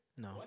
No